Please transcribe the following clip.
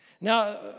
Now